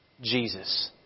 Jesus